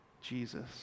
Jesus